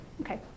Okay